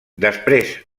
després